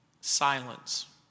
silence